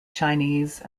chinese